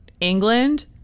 England